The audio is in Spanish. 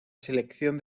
selección